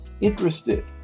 interested